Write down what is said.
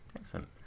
Excellent